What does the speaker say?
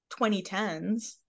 2010s